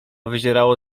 wyzierało